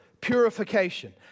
Purification